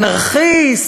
אנרכיסט?